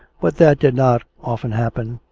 but that did not often happen,